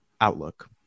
outlook